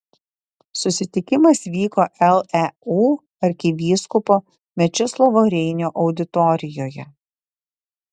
susitikimas vyko leu arkivyskupo mečislovo reinio auditorijoje